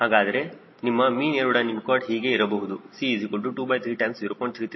ಹಾಗಾದರೆ ನಿಮ್ಮ mean aerodynamic chord ಹೀಗೆ ಇರಬಹುದು C230